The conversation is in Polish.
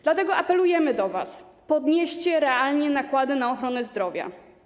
Dlatego apelujemy do was: podnieście realnie nakłady na ochronę zdrowia.